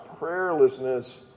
prayerlessness